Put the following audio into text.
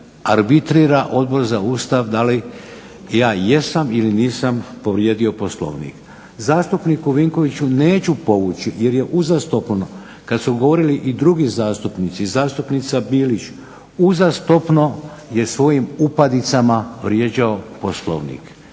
arbitrira Odbor za Ustav da li ja jesam ili nisam povrijedio Poslovnik. Zastupniku Vinkoviću neću povući jer je uzastopno kada su govorili drugi zastupnici, zastupnica Bilić uzastopno je svojim uvredama vrijeđao Poslovnik,